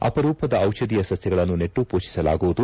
ಅಪರೂಪದ ಟಿಷಧೀಯ ಸಸ್ಯಗಳನ್ನು ನೆಟ್ಟು ಪೋಷಿಸಲಾಗುವುದು